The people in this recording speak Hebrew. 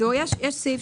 עשינו גידור של עד 5%